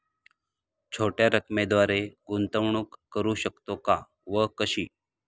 छोट्या रकमेद्वारे गुंतवणूक करू शकतो का व कशी?